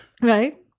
Right